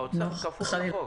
האוצר כפוף לחוק.